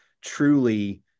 truly